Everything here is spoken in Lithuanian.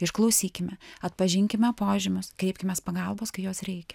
išklausykime atpažinkime požymius kreipkimės pagalbos kai jos reikia